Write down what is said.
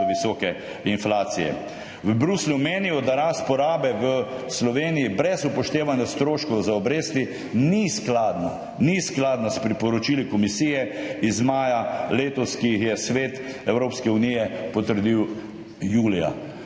V Bruslju menijo, da rast porabe v Sloveniji brez upoštevanja stroškov za obresti ni skladna, ni skladna s priporočili Komisije iz maja letos, ki jih je Svet Evropske unije potrdil julija.